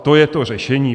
To je to řešení.